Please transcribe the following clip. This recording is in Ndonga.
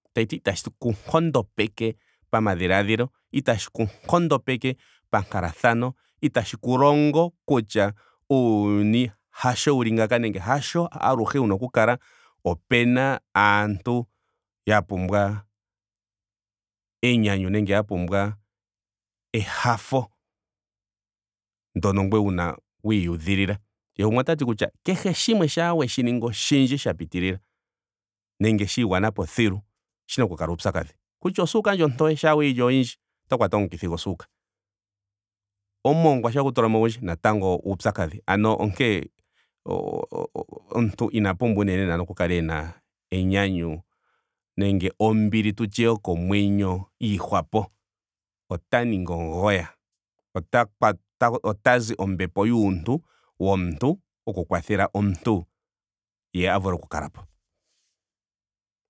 Tashiti otashi ku nkondopeke pamadhialdhilo. Itashi ku nkondopeke pankalathano. itashi ku longo kutya uuyuni hasho wuli ngaanka nenge hasho aluhe wuna oku kala opena aantu ya pumbwa enyanyu nenge ya pumbwa ehafo ndono ngweye wuna wa iyudhilila ye gumwe otati kehe shimwe shampa weshi ningi oshindji sha piitilila nenge sha igwanapo thilu oshina oku kala uupyakadhi. Kutya osuuka ndji ontoye shampa weyi li oyindji oto kwatwa komukithi gosuuka. Omongwa shampa wegu tulamo ogundji natango uupyakadhi. Ano onkene o- o- omuntu ina pumbwa unene ena oku kala ena enyanyu nenge ombili tu tye yokomwenyo yiihwapo. Ota ningi omuugoya. Ota kwatwa ota zi ombepo yuuntu womuntu. oku kwathela omuntu ye a vule oku kalapo